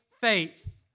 faith